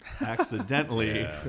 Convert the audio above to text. accidentally